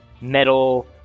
metal